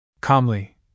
Calmly